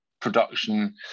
production